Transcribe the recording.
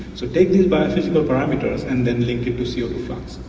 so take these biophysical parameters and then link it to c o two flux.